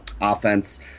offense